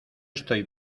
estoy